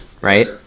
right